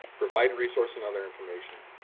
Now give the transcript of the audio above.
provide resource and other information,